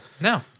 No